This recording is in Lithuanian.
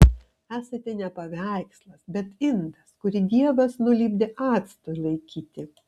esate ne paveikslas bet indas kurį dievas nulipdė actui laikyti